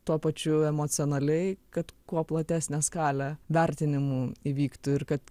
tuo pačiu emocionaliai kad kuo platesnė skalė vertinimų įvyktų ir kad